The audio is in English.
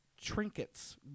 trinkets